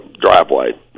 driveway